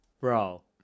Bro